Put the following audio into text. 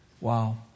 Wow